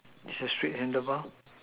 is the street handle bar